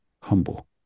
humble